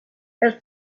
els